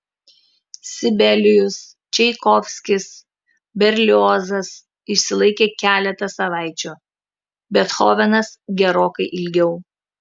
sibelijus čaikovskis berliozas išsilaikė keletą savaičių bethovenas gerokai ilgiau